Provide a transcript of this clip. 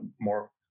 more